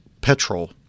petrol